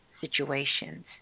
situations